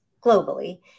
globally